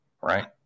Right